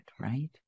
right